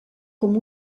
com